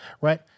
Right